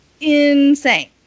insane